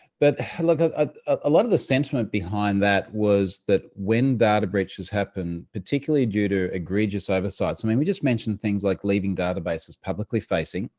but look, a lot of the sentiment behind that was that when data breaches happen, particularly due to egregious oversights, i mean, we just mentioned things like leaving databases publicly facing,